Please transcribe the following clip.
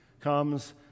comes